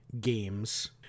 games